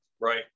right